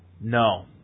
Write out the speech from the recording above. No